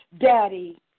Daddy